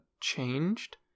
changed